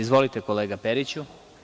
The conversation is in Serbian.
Izvolite kolega Periću.